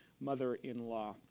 mother-in-law